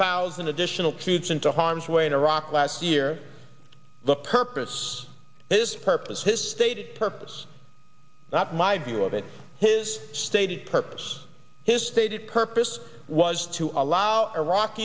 thousand additional troops into harm's way in iraq last year the purpose his purpose his stated purpose not my view of it his stated purpose his stated purpose was to allow iraq